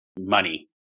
Money